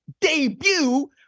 debut